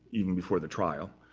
even before the trial.